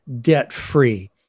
debt-free